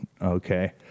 okay